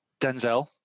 Denzel